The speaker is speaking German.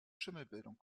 schimmelbildung